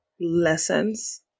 lessons